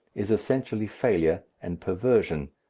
is essentially failure and perversion,